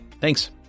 Thanks